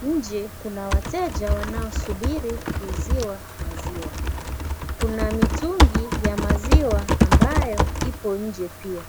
nje kuna wateja wanao subiri kuuziwa maziwa. Kuna mitungi ya maziwa ambayo ipo nje pia.